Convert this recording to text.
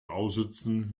aussitzen